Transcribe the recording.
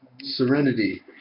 serenity